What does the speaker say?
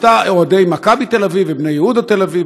אוהדי מכבי תל אביב ובני יהודה תל אביב,